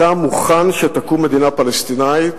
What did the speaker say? אתה מוכן שתקום מדינה פלסטינית,